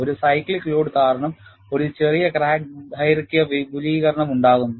ഒരു cyclic load കാരണം ഒരു ചെറിയ ക്രാക്ക് ദൈർഘ്യ വിപുലീകരണം ഉണ്ടാകുന്നു